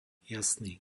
jasný